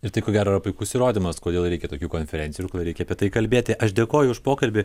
ir tai ko gero yra puikus įrodymas kodėl reikia tokių konferencijų ir kodėl reikia apie tai kalbėti aš dėkoju už pokalbį